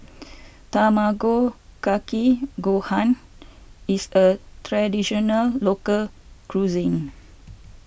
Tamago Kake Gohan is a Traditional Local Cuisine